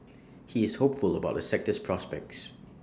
he is hopeful about the sector's prospects